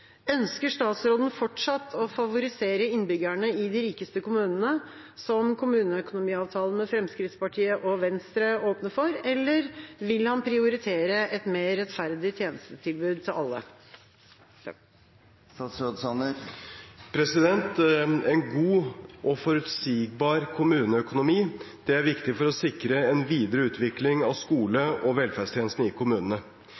Ønsker statsråden fortsatt å favorisere innbyggerne i de rikeste kommunene, som kommuneøkonomiavtalen med Fremskrittspartiet og Venstre åpner for, eller vil han prioritere et mer rettferdig tjenestetilbud til alle?» En god og forutsigbar kommuneøkonomi er viktig for å sikre en videre utvikling av